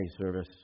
service